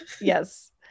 yes